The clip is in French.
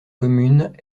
communes